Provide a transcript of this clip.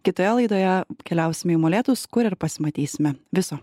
kitoje laidoje keliausim į molėtus kur ir pasimatysime viso